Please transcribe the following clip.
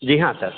जी हाँ सर